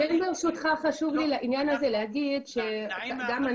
חשוב לי לעניין הזה להגיד שגם אנחנו,